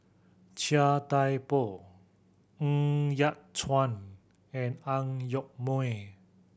Chia Thye Poh Ng Yat Chuan and Ang Yoke Mooi